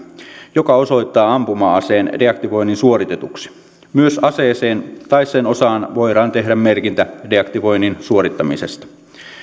joka osoittaa ampuma aseen deaktivoinnin suoritetuksi myös aseeseen tai sen osaan voidaan tehdä merkintä deaktivoinnin suorittamisesta